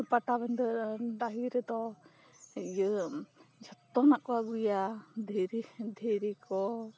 ᱯᱟᱴᱟ ᱵᱤᱸᱫᱟᱹ ᱰᱟᱹᱦᱤ ᱨᱮᱫᱚ ᱤᱭᱟᱹ ᱡᱷᱚᱛᱚ ᱱᱟᱠᱚ ᱟᱹᱜᱩᱭᱟ ᱫᱷᱤᱨᱤ ᱫᱷᱤᱨᱤ ᱠᱚ